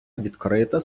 відкрита